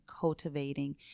cultivating